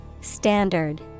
standard